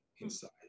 inside